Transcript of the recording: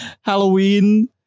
Halloween